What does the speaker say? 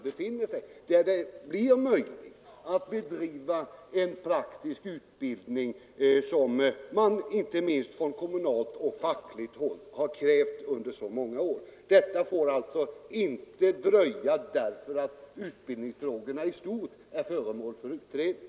I dessa tillfälliga lokaler blir det möjligt att bedriva en praktisk utbildning som man inte minst från kommunalt och fackligt håll har krävt under så många år. Detta får alltså inte dröja därför att utbildningsfrågorna i stort är föremål för utredning.